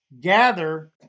gather